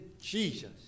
Jesus